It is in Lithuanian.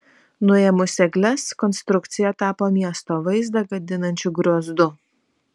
nuėmus egles konstrukcija tapo miesto vaizdą gadinančiu griozdu